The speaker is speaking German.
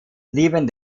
blieben